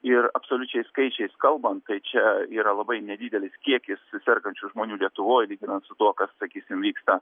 ir absoliučiais skaičiais kalbant tai čia yra labai nedidelis kiekis sergančių žmonių lietuvoj lyginant su tuo kas sakysim vyksta